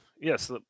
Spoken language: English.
Yes